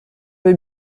vais